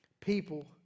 people